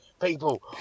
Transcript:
People